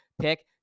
pick